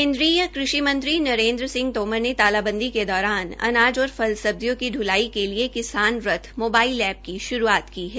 केन्द्रीय कृषि मंत्री नरेन्द्र सिंह तोमर ने तालाबंदी के दौरान अनाज और फल सब्जियों की पुलाई के लिए किसान रथ मोबाइल एप्प की शुरूआत की है